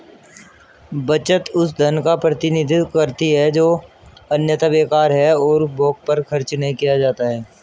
बचत उस धन का प्रतिनिधित्व करती है जो अन्यथा बेकार है और उपभोग पर खर्च नहीं किया जाता है